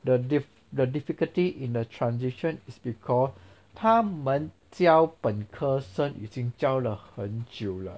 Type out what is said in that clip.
the diff~ the difficulty in the transition is because 他们教本科生已经教了很久了